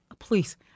Please